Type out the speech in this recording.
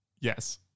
Yes